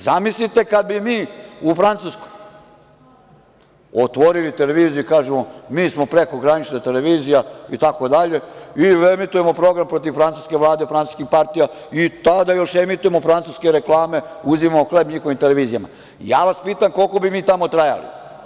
Zamislite kad bi mi u Francuskoj otvorili televiziju i kažemo - mi smo prekogranična televizija, itd, i emitujemo program protiv francuske vlade, francuskih partija, još emitujemo i francuske reklame, uzimamo hleb njihovim televizijama, ja vas pitam koliko bi mi tamo trajali?